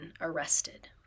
arrested